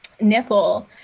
nipple